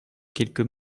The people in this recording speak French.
quelques